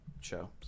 Show